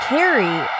Carrie